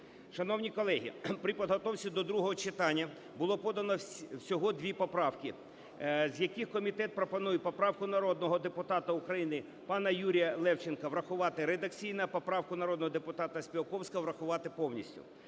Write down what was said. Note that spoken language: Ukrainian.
Шановні колеги, при підготовці до другого читання було подано всього дві поправки, з яких комітет пропонує поправку народного депутата України пана Юрія Левченка врахувати редакційно, а поправку народного депутата Співаковського врахувати повністю.